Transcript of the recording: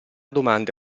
domande